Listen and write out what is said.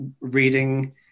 reading